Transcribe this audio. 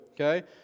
okay